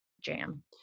jam